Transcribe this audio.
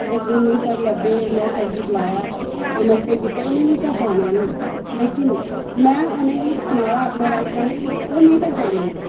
इक दिन मिगी सर लब्भे में सर गी बलाया नमस्ते कीते उ'नें मिगी पैह्चानेआ नेईं लेकिन में उ'नेंगी सनाया कि